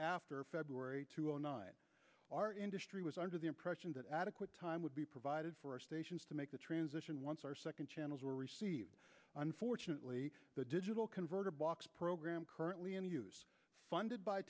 after february our industry was under the impression that adequate time would be provided for our stations to make the transition once our second channels were received unfortunately the digital converter box program currently in use funded by